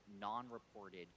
non-reported